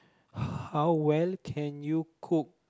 how well can you cook